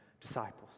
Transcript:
disciples